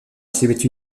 silhouette